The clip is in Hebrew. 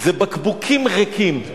זה בקבוקים ריקים.